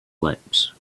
lips